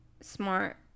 smart